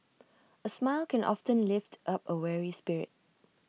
A smile can often lift up A weary spirit